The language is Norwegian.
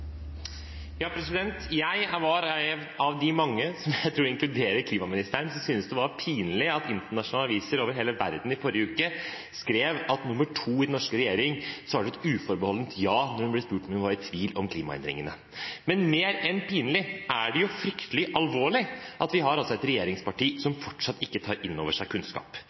Jeg var av de mange, som jeg tror inkluderer klimaministeren, som syntes det var pinlig at internasjonale aviser over hele verden i forrige uke skrev at nr. 2 i den norske regjering svarte et uforbeholdent ja da hun ble spurt om hun var i tvil om klimaendringene. Men mer enn pinlig er det jo fryktelig alvorlig at vi har et regjeringsparti som fortsatt ikke tar inn over seg kunnskap.